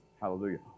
hallelujah